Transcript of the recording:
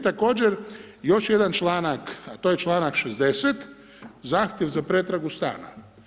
Također, još jedan članak a to je članak 60., zahtjev za pretragu stana.